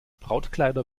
brautkleider